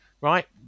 right